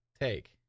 take